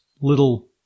little